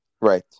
Right